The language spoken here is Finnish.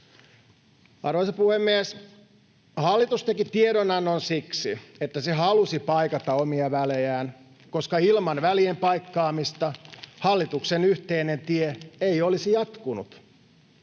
Arvoisa puhemies! Hallitus teki tiedonannon siksi, että se halusi paikata omia välejään, koska ilman välien paikkaamista hallituksen yhteinen tie ei olisi jatkunut.